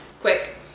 quick